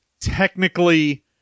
technically